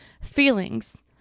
feelings